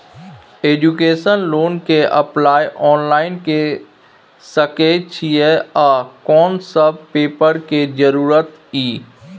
Education loan के apply online के सके छिए आ कोन सब पेपर के जरूरत इ?